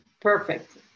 Perfect